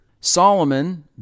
Solomon